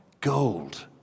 Gold